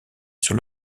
sur